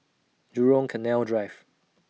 Jurong Canal Drive